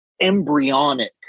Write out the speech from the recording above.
embryonic